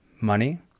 money